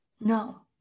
No